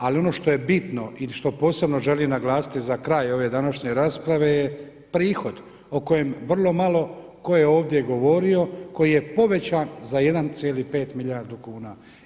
Ali ono što je bitno i što posebno želim naglasiti za kraj ove današnje rasprave je prihod o kojem vrlo malo ko je ovdje govorio koji je povećan za 1,5 milijardi kuna.